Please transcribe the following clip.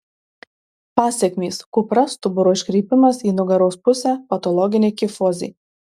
pasekmės kupra stuburo iškrypimas į nugaros pusę patologinė kifozė